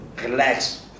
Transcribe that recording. relax